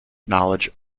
knowledge